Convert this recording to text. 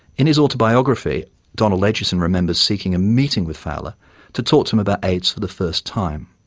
in his autobiography donald acheson remembers seeking a meeting with fowler to talk to him about aids for the first time.